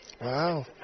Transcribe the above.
Wow